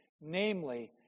namely